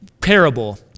parable